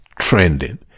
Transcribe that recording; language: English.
trending